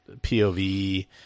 POV